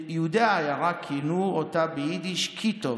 יהודי העיירה כינו אותה ביידיש קיטוב.